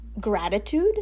gratitude